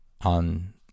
on